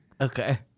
Okay